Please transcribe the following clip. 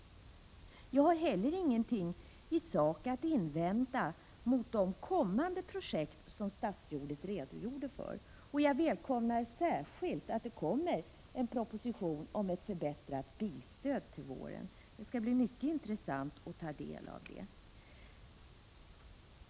Jag har heller ingenting i sak att invända mot de kommande projekt som statsrådet redogjorde för. Jag välkomnar särskilt att det till våren kommer en proposition om ett förbättrat bilstöd. Det skall bli mycket intressant att ta del av den.